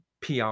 PR